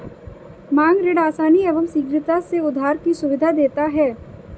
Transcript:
मांग ऋण आसानी एवं शीघ्रता से उधार की सुविधा देता है